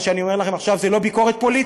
מה שאני אומר לכם עכשיו זה לא ביקורת פוליטית.